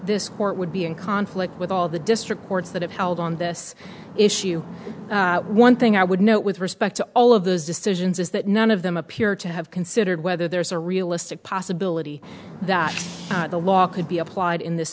this court would be in conflict with all the district courts that have held on this issue one thing i would note with respect to all of those decisions is that none of them appear to have considered whether there's a realistic possibility that the law could be applied in this